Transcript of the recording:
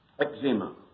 eczema